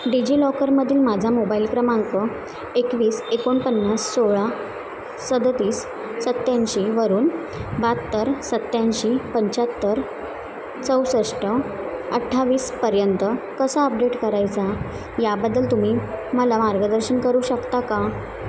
digi लॉकरमधील माझा mobile क्रमांक एकवीस एकोणपन्नास सोळा सदतीस सत्त्याऐंशी वरून बहात्तर सत्त्याऐंशी पंच्याहत्तर चौसष्ट अठ्ठावीसपर्यंत कसा अपडेट करायचा याबद्दल तुम्ही मला मार्गदर्शन करू शकता का